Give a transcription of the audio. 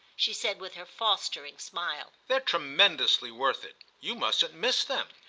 she said with her fostering smile. they're tremendously worth it. you mustn't miss them.